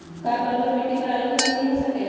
का बलूअट मिट्टी पर आलू के खेती हो सकेला?